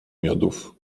miodów